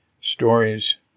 stories